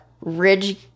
Ridge